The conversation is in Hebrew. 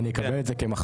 אני אקבל את זה כמחמאה,